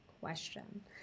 question